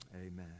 amen